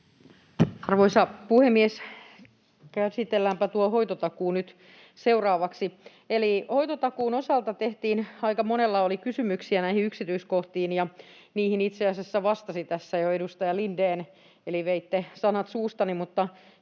Arvoisa puhemies! Käsitelläänpä tuo hoitotakuu nyt seuraavaksi. Hoitotakuun osalta aika monella oli kysymyksiä näihin yksityiskohtiin, ja niihin itse asiassa vastasi tässä jo edustaja Lindén, eli veitte sanat suustani,